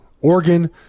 Oregon